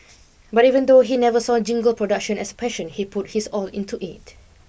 but even though he never saw jingle production as passion he put his all into it